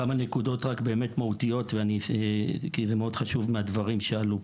אציין כמה נקודות מהותיות וחשובות שעלו מהדברים כאן,